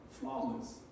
flawless